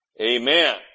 Amen